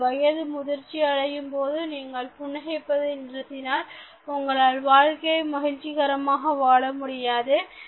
உங்கள் வயது முதிர்ச்சி அடையும் பொழுது நீங்கள் புன்னகைப்பது நிறுத்தினால் உங்களால் வாழ்க்கை மகிழ்ச்சிகரமாக வாழ முடியாது